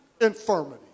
infirmity